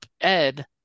Ed